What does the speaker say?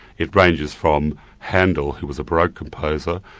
it ranges from handel, who was a baroque composer,